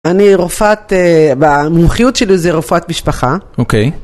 אני רופאת, במומחיות שלי זה רופאת משפחה. אוקיי.